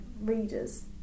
readers